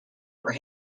were